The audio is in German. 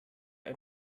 ein